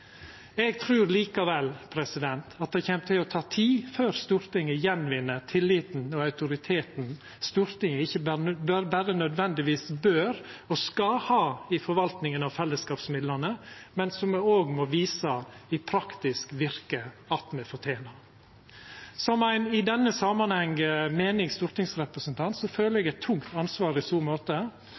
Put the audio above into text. Eg trur likevel at det kjem til å ta tid før Stortinget vinn att tilliten og autoriteten Stortinget nødvendigvis ikkje berre bør og skal ha i forvaltinga av fellesskapsmidlane, men som me òg må visa i praktisk virke at me fortener. Som ein i denne samanhengen meinig stortingsrepresentant føler eg eit tungt ansvar i så måte,